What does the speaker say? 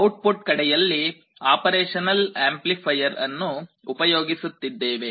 output ಕಡೆಯಲ್ಲಿ operational amplifier ಅನ್ನು ಉಪಯೋಗಿಸುತ್ತಿದ್ದೇವೆ